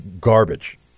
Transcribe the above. garbage